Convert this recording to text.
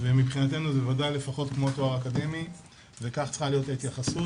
ומבחינתנו זה בוודאי לפחות כמו תואר אקדמי וכך צריכה להיות ההתייחסות,